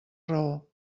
raó